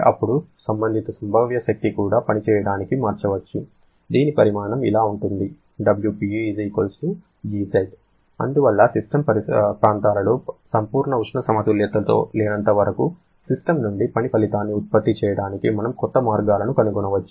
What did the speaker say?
అప్పుడు సంబంధిత సంభావ్య శక్తిని కూడా పని చేయడానికి మార్చవచ్చు దీని పరిమాణం ఇలా ఉంటుంది అందువల్ల సిస్టమ్ పరిసర ప్రాంతాలతో సంపూర్ణ ఉష్ణ సమతుల్యతలో లేనంత వరకు సిస్టమ్ నుండి పని ఫలితాన్ని ఉత్పత్తి చేయడానికి మనము కొత్త మార్గాలను కనుగొనవచ్చు